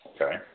okay